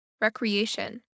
recreation